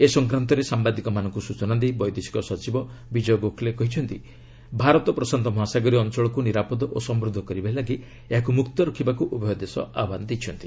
ଏ ସଂକ୍ରାନ୍ତରେ ସାମ୍ବାଦିକମାନଙ୍କୁ ସୂଚନା ଦେଇ ବୈଦେଶିକ ସଚିବ ବିଜୟ ଗୋଖଲେ କହିଛନ୍ତି ଭାରତ ପ୍ରଶାନ୍ତ ମହାସାଗରୀୟ ଅଞ୍ଚଳକୁ ନିରାପଦ ଓ ସମୃଦ୍ଧ କରିବା ଲାଗି ଏହାକୁ ମୁକ୍ତ ରଖିବାକୁ ଉଭୟ ଦେଶ ଆହ୍ୱାନ ଦେଇଛନ୍ତି